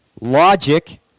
logic